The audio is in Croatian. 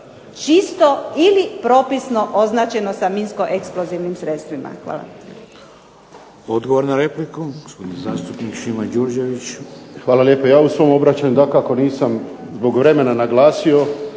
čisto ili propisno označeno sa minsko eksplozivnih sredstvima. Hvala